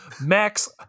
Max